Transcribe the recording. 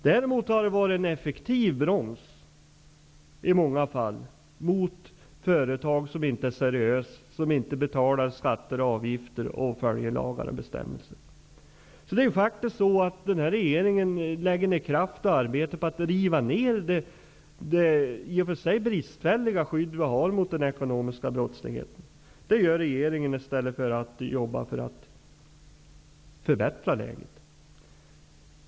Däremot har den i många fall fungerat som en effektiv broms mot företag som inte är seriösa, som inte betalar skatter och avgifter och följer lagar och bestämmelser. Den här regeringen lägger faktiskt ner kraft och arbete på att riva ner det i och för sig bristfälliga skydd vi har mot den ekonomiska brottsligheten. Detta gör regeringen i stället för att jobba för att förbättra läget.